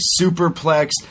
superplex